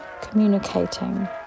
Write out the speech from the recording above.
communicating